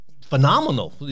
phenomenal